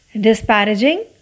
Disparaging